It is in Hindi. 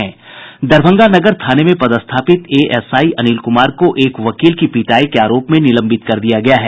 दरभंगा नगर थाने में पदस्थापित एएसआई अनिल कुमार को एक वकील की पिटाई के आरोप में निलंबित कर दिया गया है